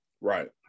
Right